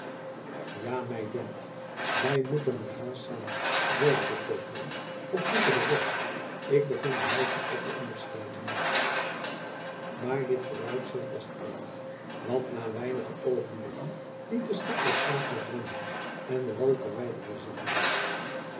ja mij dunkt wij moeten er haast zijn zeide de koopman of liever de ridder ik begin de huizen al te onderscheiden maar dit vooruitzicht was ijdel want na weinige oogenblikken liet de schipper het vaartuig wenden en de wal verwijderde zich weer